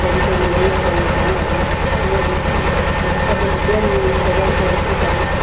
कहिड़ी कहिड़ी नयूं शयूं आहियूं आहिनि उहे ॾिसी पोइ हिक ॿिन ॿियनि जॻहियुनि ते ॾिसी करे